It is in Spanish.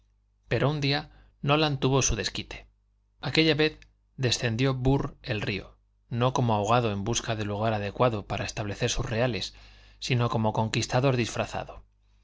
pero un día nolan tuvo su desquite aquella vez descendió burr el río no como abogado en busca de lugar adecuado para establecer sus reales sino como conquistador disfrazado